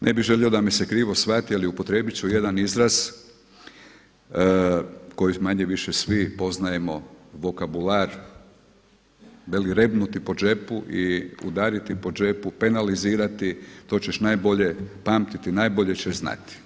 Ne bih želio da me se krivo shvati ali upotrijebiti ću jedan izraz koji manje-više svi poznajemo vokabular, veli rebnuti po džepu i udariti po džepu, penalizirati, to ćeš najbolje pamtiti, najbolje ćeš znati.